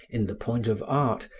in the point of art,